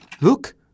Look